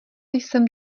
jsem